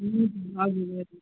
हजुर हजुर